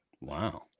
Wow